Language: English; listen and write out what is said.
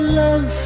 love